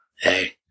Hey